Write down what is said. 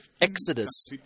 Exodus